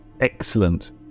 Excellent